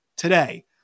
Today